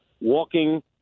walking